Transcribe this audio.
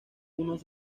unos